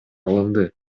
алынды